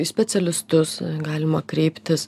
į specialistus galima kreiptis